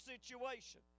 situation